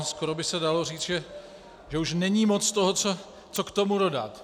Skoro by se dalo říct, že už není moc toho, co k tomu dodat.